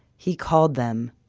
he called them,